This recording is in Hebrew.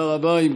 תודה רבה.